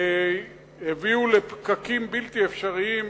הביאו לפקקים בלתי אפשריים,